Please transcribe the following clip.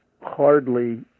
hardly